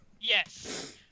Yes